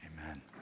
Amen